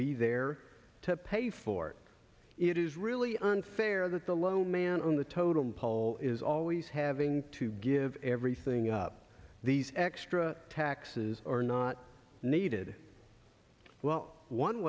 be there to pay for it is really unfair that the low man on the totem pole is always having to give everything up these extra taxes are not needed well one